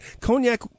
Cognac